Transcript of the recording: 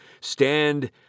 stand